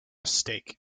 stake